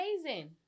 Amazing